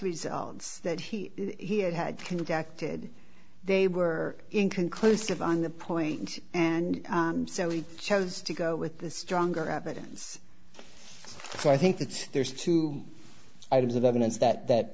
results that he had had conducted they were inconclusive on the point and so he chose to go with the stronger evidence so i think that there's two items of evidence that that